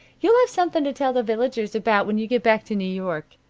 you'll have something to tell the villagers about when you get back to new york.